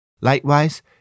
Likewise